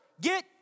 Get